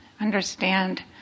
Understand